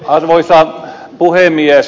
arvoisa puhemies